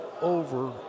over